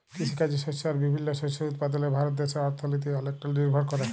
কিসিকাজে শস্য আর বিভিল্ল্য শস্য উৎপাদলে ভারত দ্যাশের অথ্থলিতি অলেকট লিরভর ক্যরে